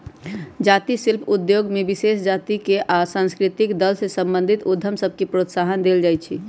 जाती शिल्प उद्योग में विशेष जातिके आ सांस्कृतिक दल से संबंधित उद्यम सभके प्रोत्साहन देल जाइ छइ